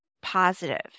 positive